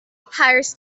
hires